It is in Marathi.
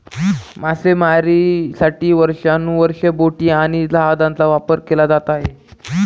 मासेमारीसाठी वर्षानुवर्षे बोटी आणि जहाजांचा वापर केला जात आहे